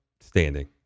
standing